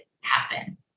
happen